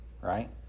right